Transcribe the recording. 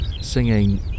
singing